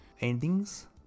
endings